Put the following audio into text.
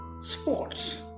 sports